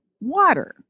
water